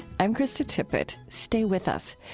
i'm krista tippett. stay with us.